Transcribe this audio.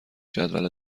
جدول